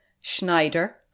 Schneider